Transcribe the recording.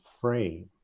frame